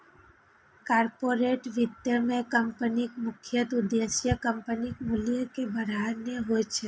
corporate वित्त मे कंपनीक मुख्य उद्देश्य कंपनीक मूल्य कें बढ़ेनाय होइ छै